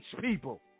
people